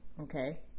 Okay